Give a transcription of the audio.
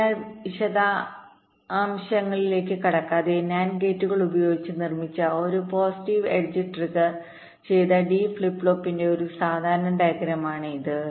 അതിനാൽ വിശദാംശങ്ങളിലേക്ക് കടക്കാതെ NAND ഗേറ്റുകൾ ഉപയോഗിച്ച് നിർമ്മിച്ച ഒരു പോസിറ്റീവ് എഡ്ജ് ട്രിഗർചെയ്ത ഡി ഫ്ലിപ്പ് ഫ്ലോപ്പിന്റെ ഒരു സാധാരണ ഡയഗ്രമാണ് ഇത്